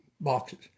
boxes